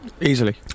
easily